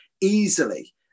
easily